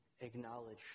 acknowledge